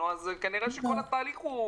כנראה שכל התהליך הוא